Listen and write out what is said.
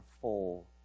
full